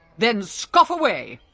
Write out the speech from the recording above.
then scoff away!